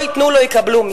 לא ייתנו לא יקבלו,